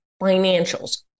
financials